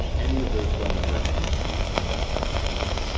any of those phone numbers can receive inbound text messages.